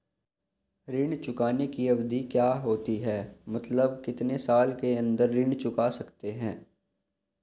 ऋण चुकाने की अवधि क्या होती है मतलब कितने साल के अंदर ऋण चुका सकते हैं?